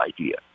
idea